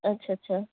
اچھا اچھا